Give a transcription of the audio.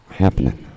happening